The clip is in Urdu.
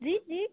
جی جی